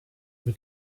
were